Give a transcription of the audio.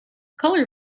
color